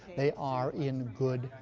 they are in good.